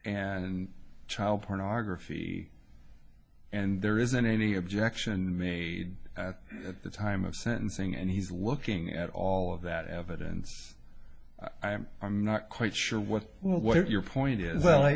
and child pornography and there isn't any objection made at the time of sentencing and he's looking at all of that evidence i am i'm not quite sure what what your point is well i